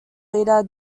leader